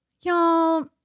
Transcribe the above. y'all